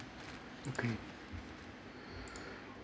okay